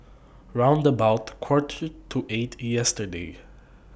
round about Quarter to eight yesterday